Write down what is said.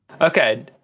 Okay